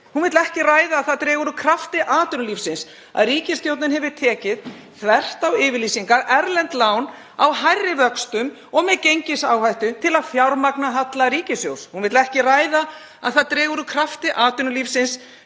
Hún vill ekki ræða að það dregur úr krafti atvinnulífsins að ríkisstjórnin hefur tekið, þvert á yfirlýsingar, erlend lán á hærri vöxtum og með gengisáhættu til að fjármagna halla ríkissjóðs. Hún vill ekki ræða að það dregur úr krafti atvinnulífsins